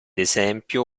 esempio